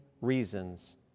reasons